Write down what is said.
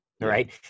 right